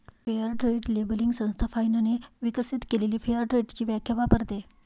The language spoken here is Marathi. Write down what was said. फेअर ट्रेड लेबलिंग संस्था फाइनने विकसित केलेली फेअर ट्रेडची व्याख्या वापरते